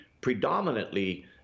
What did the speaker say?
predominantly